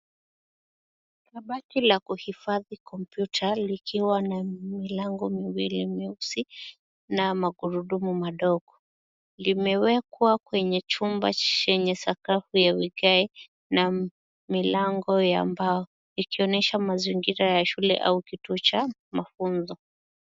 Kabati la kuhifadhi kompyuta likiwa na milango miwili mieusi, na magurudumu madogo. Iimewekwa kwenye chumba chenye sakafu ya vigae na milango ya mbao ikionesha mazingira ya shule au kituo cha mafunzo.